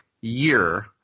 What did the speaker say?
year